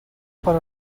per